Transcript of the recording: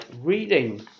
reading